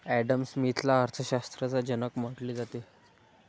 Adam स्मिथला अर्थ शास्त्राचा जनक म्हटले जाते